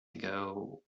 ago